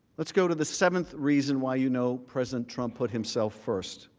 let's go to the seventh reason why you know president trump put himself first.